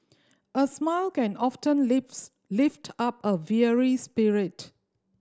a smile can often lifts lift up a weary spirit